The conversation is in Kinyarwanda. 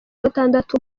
gatandatu